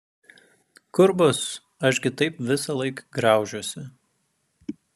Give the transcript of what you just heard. kur bus aš gi taip visąlaik graužiuosi